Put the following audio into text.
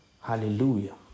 Hallelujah